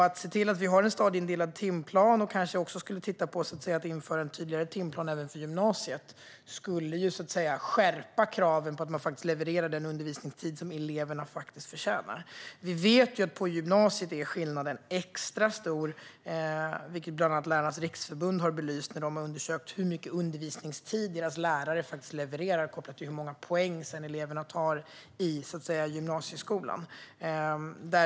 Att se till att vi har en stadieindelad timplan, och kanske även titta på att införa en tydligare timplan också för gymnasiet, skulle skärpa kraven på att den undervisningstid eleverna förtjänar faktiskt levereras. Vi vet att skillnaden är extra stor i gymnasiet, vilket bland annat Lärarnas Riksförbund har belyst när man har undersökt hur mycket undervisningstid dess lärare faktiskt levererar kopplat till hur många poäng eleverna sedan tar i gymnasieskolan.